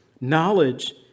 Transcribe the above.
Knowledge